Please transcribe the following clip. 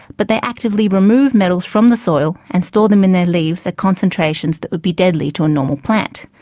but they actively remove metals from the soil and store them in their leaves at concentrations that would be deadly to a normal plant.